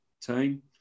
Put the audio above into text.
team